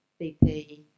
BP